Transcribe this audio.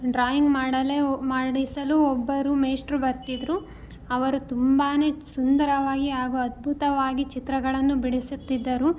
drawing ಮಾಡಲು ಮಾಡಿಸಲು ಒಬ್ಬರು ಮೇಷ್ಟ್ರು ಬರ್ತಿದ್ದರು ಅವರು ತುಂಬಾ ಸುಂದರವಾಗಿ ಹಾಗು ಅದ್ಭುತವಾಗಿ ಚಿತ್ರಗಳನ್ನು ಬಿಡಿಸುತ್ತಿದ್ದರು